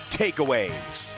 takeaways